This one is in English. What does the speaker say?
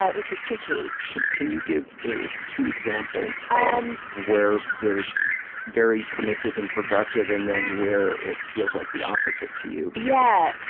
ah which is tricky. can, can you give two examples of where they're very permissive and progressive, and then where it feels like the opposite to you. yeah.